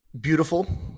Beautiful